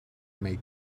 make